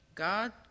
God